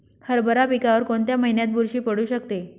हरभरा पिकावर कोणत्या महिन्यात बुरशी पडू शकते?